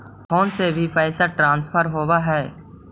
Phone से भी पैसा ट्रांसफर होवहै?